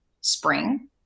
Spring